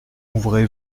ouvrez